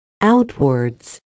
Outwards